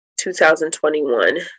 2021